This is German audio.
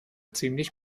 ziemlich